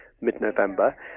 mid-November